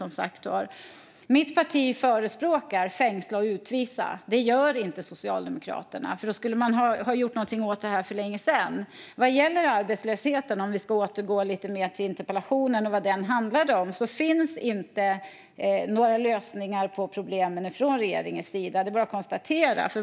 Mitt parti förespråkar "fängsla och utvisa". Det gör inte Socialdemokraterna. I så fall skulle man ha gjort någonting åt det här för länge sedan. Vad gäller arbetslösheten - för att återgå lite mer till vad interpellationen handlar om - finns inte några lösningar från regeringens sida på problemen. Det är bara att konstatera.